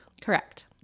Correct